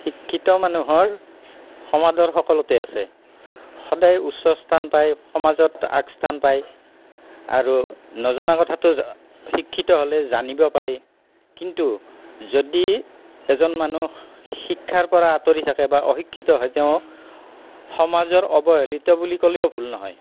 শিক্ষিত মানুহৰ সমাদৰ সকলোতে আছে সদায় উচ্চ স্থান পায় সমাজত আগস্থান পায় আৰু নজনা কথাটো শিক্ষিত হ'লে জানিব পাৰি কিন্তু যদি এজন মানুহ শিক্ষাৰ পৰা আঁতৰি থাকে বা অশিক্ষিত হয় তেওঁ সমাজৰ অৱহেলিত বুলি ক'লেও ভুল নহয়